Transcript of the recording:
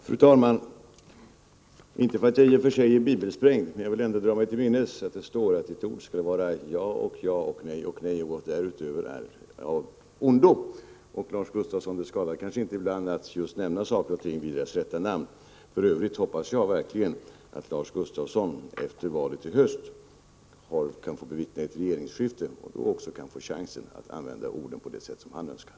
Fru talman! Inte för att jag i och för sig är bibelsprängd, men jag vill ändå dra mig till minnes att det i Bibeln står att ditt ord skall vara ja och ja och nej och nej och vad därutöver är, är av ondo. Och, Lars Gustafsson, det skadar kanske inte ibland att nämna saker och ting vid deras rätta namn. För övrigt hoppas jag verkligen att Lars Gustafsson efter valet i höst kan få bevittna ett regeringsskifte och då också kan få chansen att använda orden på det sätt som han önskar.